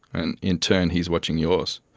and in turn he's watching yours.